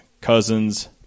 cousin's